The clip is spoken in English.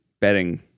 betting